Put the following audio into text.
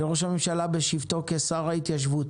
לראש הממשלה בשבתו כשר ההתיישבות